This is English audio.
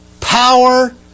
power